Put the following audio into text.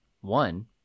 One